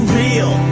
real